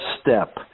step